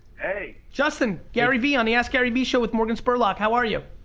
hey! justin! garyvee on the askgaryvee show with morgan spurlock, how are you?